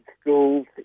schools